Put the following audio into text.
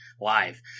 live